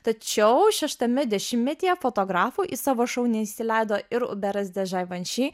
tačiau šeštame dešimtmetyje fotografų į savo šou neįsileido ir uberas dežai vanči